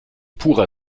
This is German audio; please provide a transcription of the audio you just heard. purer